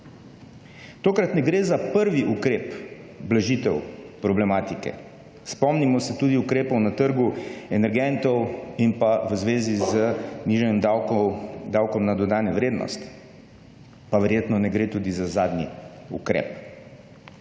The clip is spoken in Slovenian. Tokrat ne gre za prvi ukrep blažitev problematike. Spomnimo se tudi ukrepov na trgu energentov in pa v zvezi z nižanjem davkov, davkom na dodano vrednost, pa verjetno ne gre tudi za zadnji ukrep.